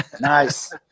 Nice